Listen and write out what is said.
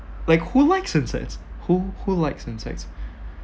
like who likes insects who who likes insects